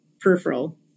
peripheral